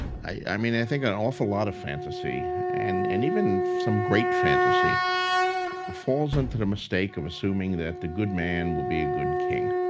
i mean, i think an awful lot of fantasy and and even some great fantasy falls into the mistake of assuming that the good man will be a good king.